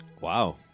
Wow